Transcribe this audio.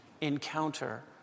encounter